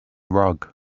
rug